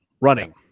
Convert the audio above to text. running